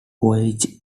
voyages